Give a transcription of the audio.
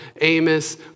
Amos